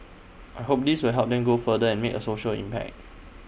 I hope this will help them grow further and make A social impact